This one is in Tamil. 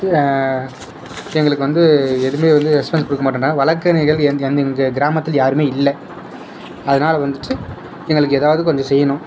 எங்களுக்கு வந்து எதுவுமே வந்து ரெஸ்பான்ஸ் கொடுக்கமாட்டேன்றாங்க வழக்கறிஞர்கள் எங் எங் எங்கள் கிராமத்தில் யாருமே இல்லை அதனால் வந்துட்டு எங்களுக்கு ஏதாவது கொஞ்சம் செய்யணும்